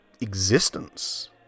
existence